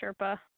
Sherpa